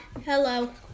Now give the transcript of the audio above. hello